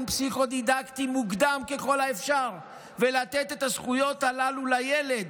פסיכו-דידקטי מוקדם ככל האפשר ולתת את הזכויות הללו לילד?